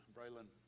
Braylon